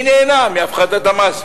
מי נהנה מהפחתת המס,